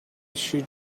should